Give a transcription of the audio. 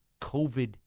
COVID